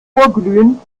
vorglühen